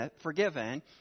forgiven